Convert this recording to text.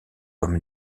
comme